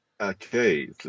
okay